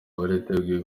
bariteguye